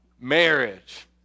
marriage